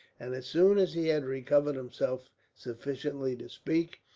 and as soon as he had recovered himself sufficiently to speak,